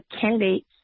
candidates